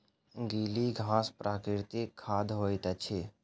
गीली घास प्राकृतिक खाद होइत अछि